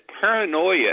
paranoia